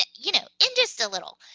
and you know, in just a little.